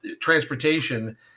transportation